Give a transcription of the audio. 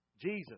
Jesus